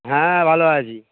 হ্যাঁ ভালো আছি